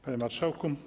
Panie Marszałku!